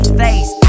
face